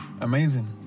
amazing